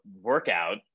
workout